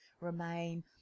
remain